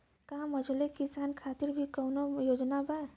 का मझोले किसान खातिर भी कौनो योजना बा?